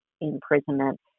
imprisonment